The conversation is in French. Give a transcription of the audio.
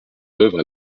œuvre